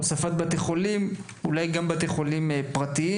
וכן, הוספת בתי חולים, אולי גם בתי חולים פרטיים,